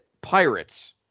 Pirates